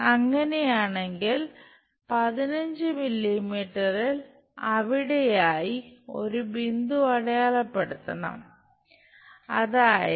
അങ്ങനെയാണെങ്കിൽ 15 മില്ലീമീറ്ററിൽ അവിടെയായി ഒരു ബിന്ദു അടയാളപ്പെടുത്തണം അതായത്